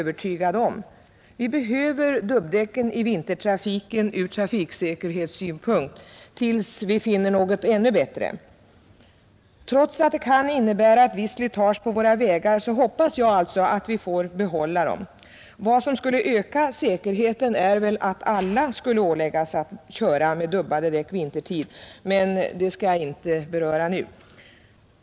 Vi behöver dubbdäcken i vintertrafiken ur trafiksäkerhetssynpunkt till dess vi finner något ännu bättre. Trots att dubbarna alltså kan innebära ett visst slitage på våra vägar hoppas jag att vi får behålla dem. Vad som skulle öka säkerheten vore väl om alla ålades att köra med dubbade däck vintertid, men det skall jag inte gå in på nu.